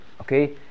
okay